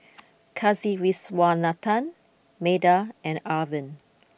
Kasiviswanathan Medha and Arvind